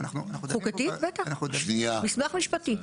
חוקתית בטח, מסמך משפטי.